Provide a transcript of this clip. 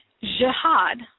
jihad